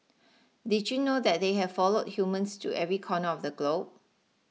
did you know that they have followed humans to every corner of the globe